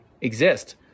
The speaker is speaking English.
exist